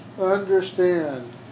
understand